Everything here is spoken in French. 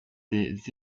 des